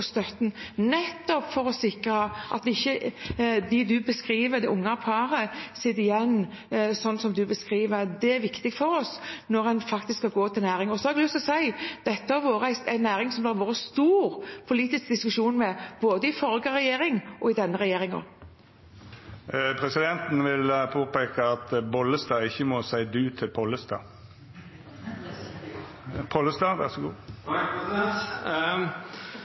støtten, nettopp for å sikre at det unge paret ikke sitter igjen sånn som du beskriver. Det er viktig for oss når en faktisk skal gå til næringen. Så har jeg lyst til å si at dette har vært en næring som det har vært stor politisk diskusjon om, både i forrige regjering og i denne regjeringen. Presidenten vil peika på at Bollestad ikkje må seia «du» til Pollestad.